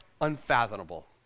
unfathomable